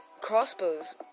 crossbows